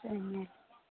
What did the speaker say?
नहि